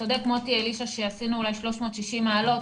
צודק מוטי אלישע שעשינו אולי 360 מעלות,